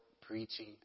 preaching